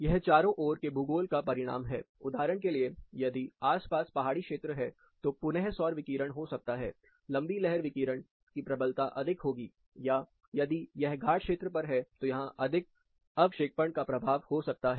यह चारों ओर के भूगोल का परिणाम है उदाहरण के लिए यदि आसपास पहाड़ी क्षेत्र हैं तो पुन सौर विकिरण हो सकता है लंबी लहर विकिरण की प्रबलता अधिक होगी या यदि यह घाट क्षेत्र पर है तो यहां अधिक अवक्षेपण का प्रभाव हो सकता है